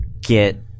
get